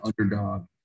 underdog